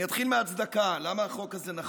אני אתחיל מההצדקה, למה החוק הזה נכון,